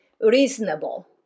reasonable